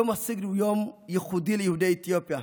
יום הסגד הוא יום ייחודי ליהודי אתיופיה,